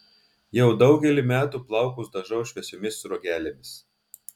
jau daugelį metų plaukus dažau šviesiomis sruogelėmis